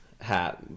hat